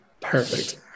Perfect